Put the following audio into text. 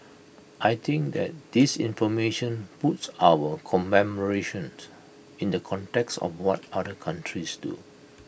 I think that this information puts our commemorations in the context of what other countries do